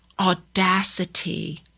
audacity